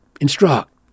instruct